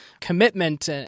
commitment